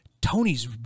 Tony's